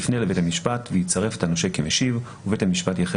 יפנה לבית המשפט ויצרף את הנושה כמשיב ובית המשפט יכריע